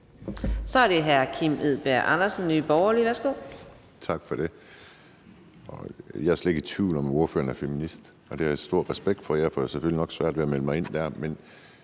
Kl. 15:54 Kim Edberg Andersen (NB): Tak for det. Jeg er slet ikke i tvivl om, at ordføreren er feminist, og det har jeg stor respekt for. Jeg får selvfølgelig nok svært ved at melde mig ind